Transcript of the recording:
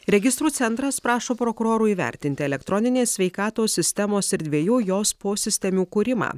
registrų centras prašo prokurorų įvertinti elektroninės sveikatos sistemos ir dviejų jos posistemių kūrimą